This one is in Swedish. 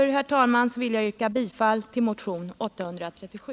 Jag vill mot denna bakgrund yrka bifall till motionen 837.